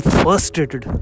frustrated